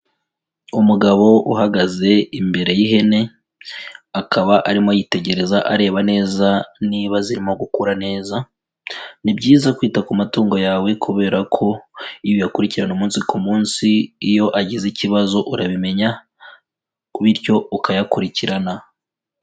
Umugabo uhagaze imbere y'ihene, akaba arimo yitegereza areba neza niba zirimo gukura neza, ni byiza kwita ku matungo yawe kubera ko iyo uyakurikirana umunsi ku munsi iyo agize ikibazo urabimenya, bityo ukayakurikirana.